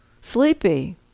sleepy